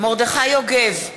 מרדכי יוגב,